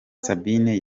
sabine